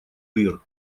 дыр